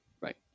right